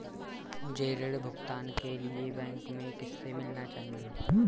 मुझे ऋण भुगतान के लिए बैंक में किससे मिलना चाहिए?